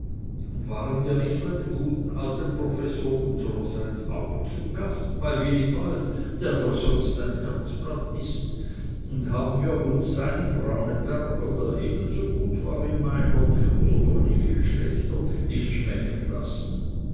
und waren wir nicht bei dem guten alten professor unsererseits auch zu gast bei wilibald der doch sonst dein herzblatt ist und haben wir uns seinen brauneberger der ebenso gut war wie meiner oder doch nicht viel schlechter nicht schmecken lassen